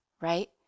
right